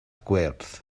gwyrdd